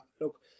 Look